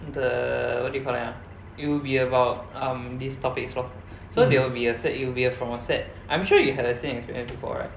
the what do you call that ah it will be about um these topics lor so there will be a set it will be a from a set I'm sure you had the same experience before right